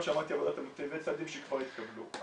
מה שאמרתי זה צעדים שכבר התקבלו.